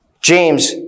James